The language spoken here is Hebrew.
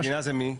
המדינה זה מי?